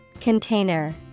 Container